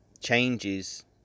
changes